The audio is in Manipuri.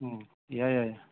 ꯎꯝ ꯌꯥꯏ ꯌꯥꯏ ꯌꯥꯏ